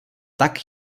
tak